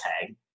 tag